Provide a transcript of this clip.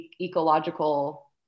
ecological